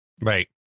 right